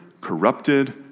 corrupted